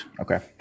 Okay